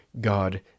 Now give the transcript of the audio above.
God